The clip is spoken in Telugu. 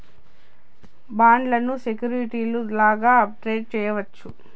బాండ్లను సెక్యూరిటీలు లాగానే ట్రేడ్ చేయవచ్చు